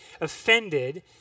offended